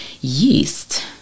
Yeast